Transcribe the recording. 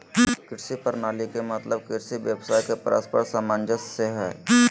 कृषि प्रणाली के मतलब कृषि व्यवसाय के परस्पर सामंजस्य से हइ